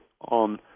on